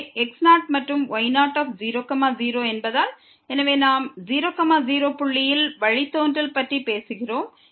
எனவே x0 மற்றும் y0 0 0 என்பதால் எனவே நாம் 0 0 புள்ளியில் வழித்தோன்றல் பற்றி பேசுகிறோம்